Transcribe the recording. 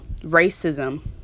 racism